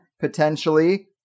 potentially